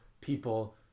people